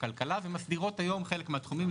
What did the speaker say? הכלכלה ומסדירות היום חלק מן התחומים.